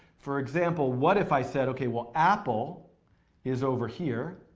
for example what if i said, okay, well apple is over here.